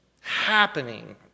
happening